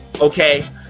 Okay